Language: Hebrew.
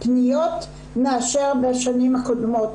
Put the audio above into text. פניות מאשר בשנים הקודמות.